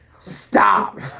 Stop